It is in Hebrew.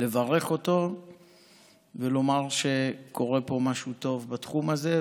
לברך אותו ולומר שקורה פה משהו טוב בתחום הזה,